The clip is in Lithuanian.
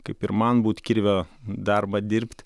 kaip ir man būti kirvio darbą dirbt